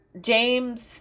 james